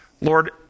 lord